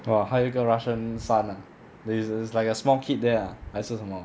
!wah! 还有一个 russian son ah then it's like a small kid there ah 还是什么